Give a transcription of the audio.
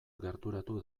gerturatu